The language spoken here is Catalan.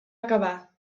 acabar